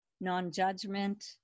non-judgment